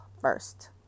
first